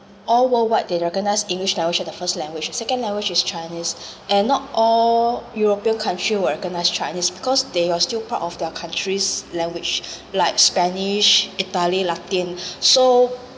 all worldwide they recognise english language as the first language second language is chinese and not all european country will recognise chinese because they are still proud of their country's language like spanish italy latin so